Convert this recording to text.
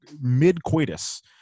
mid-coitus